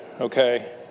Okay